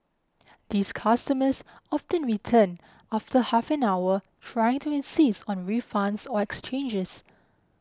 these customers often return after half an hour trying to insist on refunds or exchanges